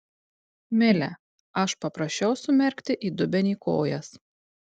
mile aš paprašiau sumerkti į dubenį kojas